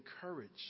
courage